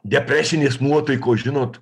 depresinės nuotaikos žinot